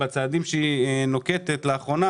בצעדים שהיא נוקטת לאחרונה